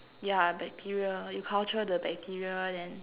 yeah bacteria you culture the bacteria then